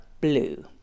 blue